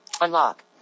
Unlock